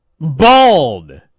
Bald